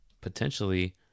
potentially